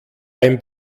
ein